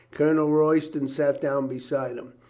colonel royston sat down beside him.